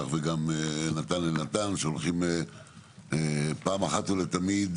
ונתן יונתן שהולכים פעם אחת ולתמיד